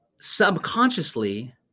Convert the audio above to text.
Subconsciously